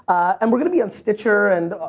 and we're gonna be on stitcher and,